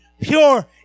pure